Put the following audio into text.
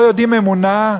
לא יודעים אמונה?